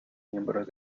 miembros